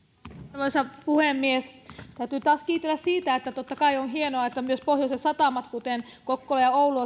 arvoisa puhemies täytyy taas kiitellä siitä että totta kai on hienoa että myös pohjoisen satamat kuten kokkola ja oulu